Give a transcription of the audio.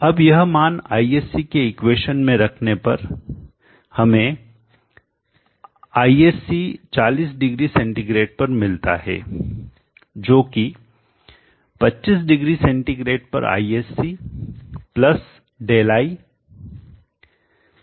अब यह मान ISC के इक्वेशन में रखने पर हमें ISC 40 डिग्री सेंटीग्रेड पर मिलता है जो कि 25 डिग्री सेंटीग्रेड पर ISC plus Δi ISC at 250C Δi के बराबर है